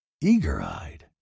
eager-eyed